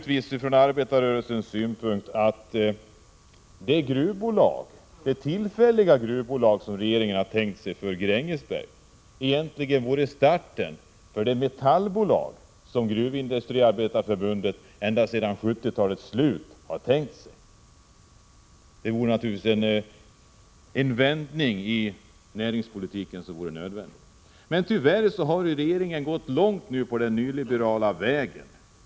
Det bästa från arbetarrörelsens synpunkt vore naturligtvis att det tillfälliga gruvbolag som regeringen har tänkt sig för Grängesberg egentligen vore starten för det metallbolag som Gruvindustriarbetareförbundet ända sedan 70-talets slut har tänkt sig. Det vore en vändning i näringspolitiken som vore nödvändig. Men tyvärr har regeringen nu gått långt på den nyliberala vägen.